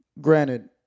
Granted